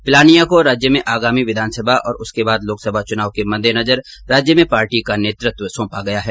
पिलानियां को राज्य में आगामी विधानसभा और उसके बाद लोकसभा चुनाव के मद्देनजर राज्य में पार्टी का नेतृत्व सौंपा गया हैं